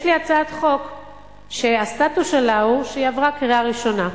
יש לי הצעת חוק שהסטטוס שלה הוא שהיא עברה קריאה ראשונה.